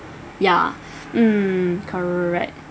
ya mm correct